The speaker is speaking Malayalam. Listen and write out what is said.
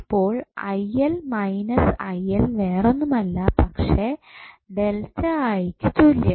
അപ്പോൾ വേറൊന്നുമല്ല പക്ഷെ ക്കു തുല്യം